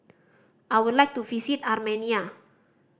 I would like to visit Armenia